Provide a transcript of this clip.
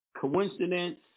Coincidence